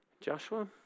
Joshua